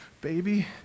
baby